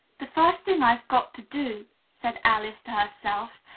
the first thing i've got to do, said alice to herself,